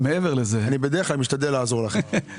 אני בדרך כלל משתדל לעזור לכם.